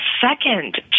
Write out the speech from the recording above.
second